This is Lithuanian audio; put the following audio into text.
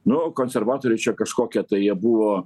nu konservatoriai jau čia kažkokie tai jie buvo